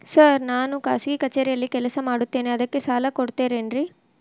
Sir ನಾನು ಖಾಸಗಿ ಕಚೇರಿಯಲ್ಲಿ ಕೆಲಸ ಮಾಡುತ್ತೇನೆ ಅದಕ್ಕೆ ಸಾಲ ಕೊಡ್ತೇರೇನ್ರಿ?